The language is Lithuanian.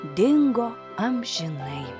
dingo amžinai